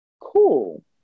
cool